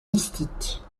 mystiques